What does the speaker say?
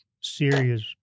serious